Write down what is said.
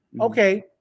Okay